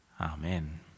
amen